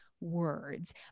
words